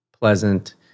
pleasant